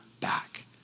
back